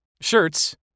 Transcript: shirts